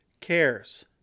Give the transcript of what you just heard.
cares